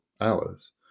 hours